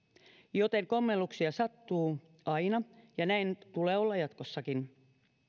joten kommelluksia sattuu aina ja näin tulee olla jatkossakin